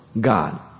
God